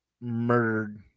murdered